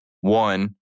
One